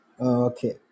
Okay